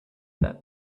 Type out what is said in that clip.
that